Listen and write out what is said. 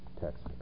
text